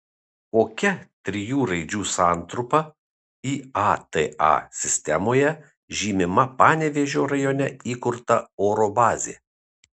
kokia trijų raidžių santrumpa iata sistemoje žymima panevėžio rajone įkurta oro bazė